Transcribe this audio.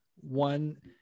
one